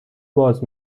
باز